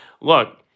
Look